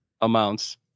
amounts